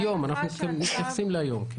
אנחנו מתייחסים להיום.